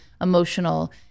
emotional